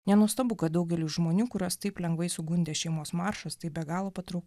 nenuostabu kad daugeliui žmonių kuriuos taip lengvai sugundė šeimos maršas tai be galo patrauklu